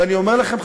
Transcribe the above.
ואני אומר לכם,